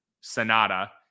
Sonata